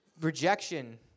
Rejection